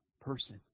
person